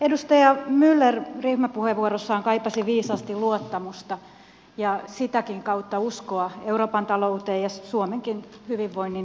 edustaja myller ryhmäpuheenvuorossaan kaipasi viisaasti luottamusta ja sitäkin kautta uskoa euroopan talouteen ja suomenkin hyvinvoinnin nostamiseen